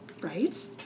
Right